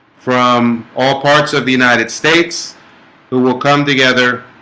from all parts of the united states who will come together